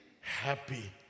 happy